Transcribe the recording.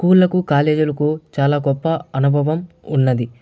school లకు college లకు చాలా గొప్ప అనుభవం ఉన్నది